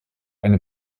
eine